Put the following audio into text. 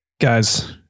Guys